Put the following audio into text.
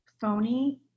phony